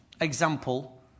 example